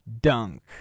Dunk